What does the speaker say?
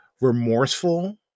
remorseful